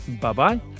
Bye-bye